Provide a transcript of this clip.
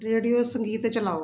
radio ਸੰਗੀਤ ਚਲਾਓ